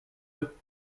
eux